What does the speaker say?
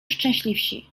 szczęśliwsi